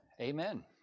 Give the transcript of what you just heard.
Amen